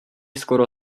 skoro